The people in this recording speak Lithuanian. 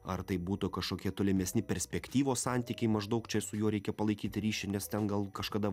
ar tai būtų kažkokie tolimesni perspektyvos santykiai maždaug čia su juo reikia palaikyti ryšį nes ten gal kažkada